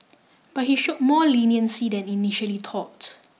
but he show more leniency than initially thought